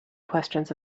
questions